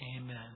amen